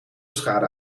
schade